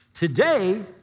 Today